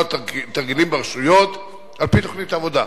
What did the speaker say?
תרגילים ברשויות על-פי תוכנית העבודה.